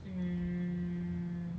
mm